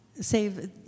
save